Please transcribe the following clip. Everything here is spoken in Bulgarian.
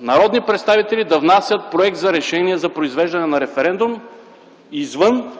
народни представители да внасят проект за решение за произвеждане на референдум, извън